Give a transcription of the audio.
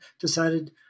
decided